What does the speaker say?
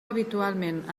habitualment